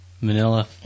Manila